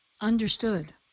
Understood